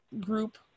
group